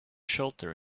shelter